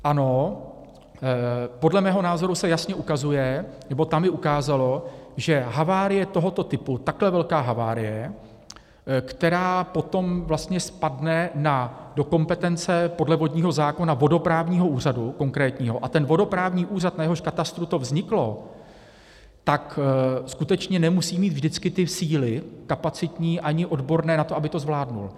Ano, podle mého názoru se jasně ukazuje, nebo tam i ukázalo, že havárie tohoto typu, takhle velká havárie, která potom vlastně spadne do kompetence podle vodního zákona vodoprávního úřadu konkrétního, a ten vodoprávní úřad, na jehož katastru to vzniklo, skutečně nemusí mít vždycky ty síly kapacitní ani odborné na to, aby to zvládl.